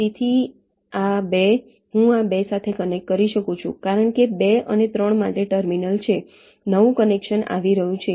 તેથી 2 હું આ 2 સાથે કનેક્ટ કરી શકું છું કારણ કે 2 અને 3 માટે ટર્મિનલ છે નવું કનેક્શન આવી રહ્યું છે